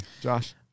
Josh